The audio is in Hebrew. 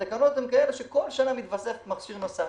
התקנות היום הן כאלה, שבכל שנה מתווסף מכשיר נוסף.